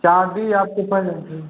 चाँदी आपको